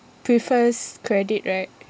prefers credit right